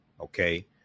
Okay